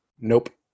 Nope